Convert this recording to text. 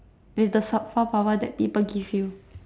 with the superpower that people give you